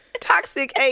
toxic